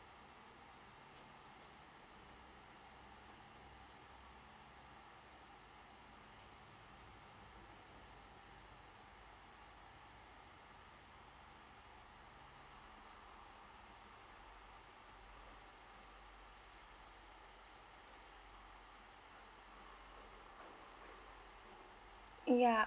ya